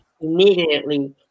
immediately